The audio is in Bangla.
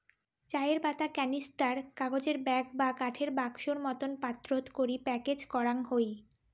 চায়ের পাতা ক্যানিস্টার, কাগজের ব্যাগ বা কাঠের বাক্সোর মতন পাত্রত করি প্যাকেজ করাং হই